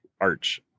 arch